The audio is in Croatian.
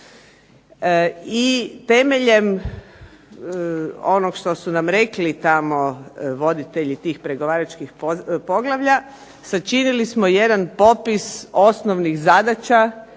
I temeljem onog što su nam rekli tamo voditelji tih pregovaračkih poglavlja sačinili smo jedan popis osnovnih zadaća